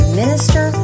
minister